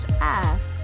ask